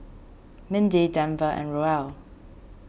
Mindy Denver and Roel